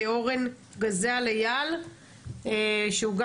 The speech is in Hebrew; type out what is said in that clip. לא רק כדי להתייעל וכדי לסגור מתקנים מיושנים,